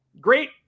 Great